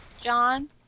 John